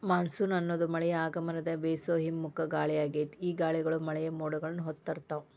monsoon ಅನ್ನೋದು ಮಳೆಯ ಆಗಮನದ ಬೇಸೋ ಹಿಮ್ಮುಖ ಗಾಳಿಯಾಗೇತಿ, ಈ ಗಾಳಿಗಳು ಮಳೆಯ ಮೋಡಗಳನ್ನ ಹೊತ್ತು ತರ್ತಾವ